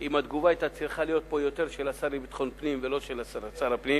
אם התגובה היתה צריכה להיות של השר לביטחון פנים ולא של שר הפנים,